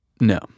No